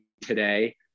today